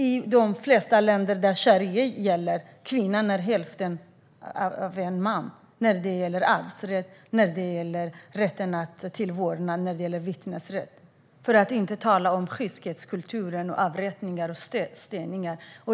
I de flesta länder där sharia gäller är kvinnor hälften så mycket värda som män när det gäller till exempel arvsrätt, rätten till vårdnad eller vittnesrätt - för att inte tala om kyskhetskulturen, avrättningar och steningar.